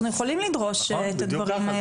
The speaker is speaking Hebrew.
אנחנו יכולים לדרוש את הדברים האלה.